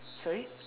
sorry